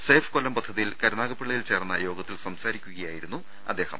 safe Kollam പദ്ധതിയിൽ കരുനാഗപ്പള്ളി യിൽ ചേർന്ന യോഗത്തിൽ സംസാരിക്കുകയായിരുന്നു അദ്ദേഹം